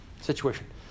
situation